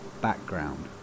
background